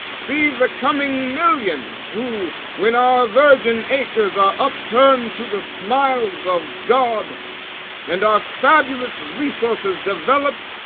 see the coming millions, who, when our virgin acres are upturned to the smiles of god and our fabulous resources developed,